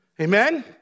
Amen